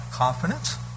confidence